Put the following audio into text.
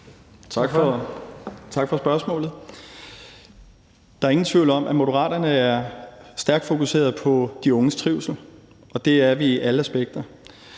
Tak for spørgsmålet. Der er ingen tvivl om, at Moderaterne er stærkt fokuseret på de unges trivsel, og det er vi i alle aspekter.